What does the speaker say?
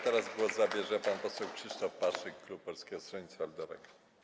Teraz głos zabierze pan poseł Krzysztof Paszyk, klub Polskiego Stronnictwa Ludowego.